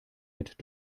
mit